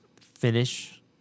finish